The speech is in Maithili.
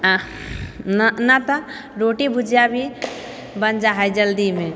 न नहि तऽ रोटी भुजिया भी बनि जाय हैय जल्दीमे